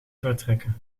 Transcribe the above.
vertrekken